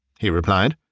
he replied.